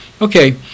Okay